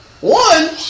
one